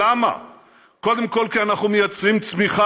עוד פעם התקשורת אשמה.